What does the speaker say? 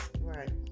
Right